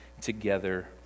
together